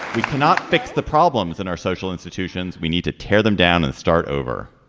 we cannot fix the problems in our social institutions. we need to tear them down and start over